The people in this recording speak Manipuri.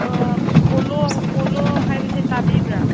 ꯑꯥ ꯄꯣꯂꯣ ꯍꯥꯏꯕꯁꯤ ꯇꯥꯕꯤꯕ꯭ꯔꯥ